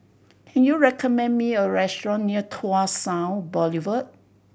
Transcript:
can you recommend me a restaurant near Tua South Boulevard